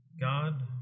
God